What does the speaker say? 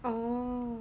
oh